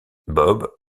bob